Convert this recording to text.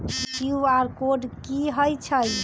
QR code कि हई छई?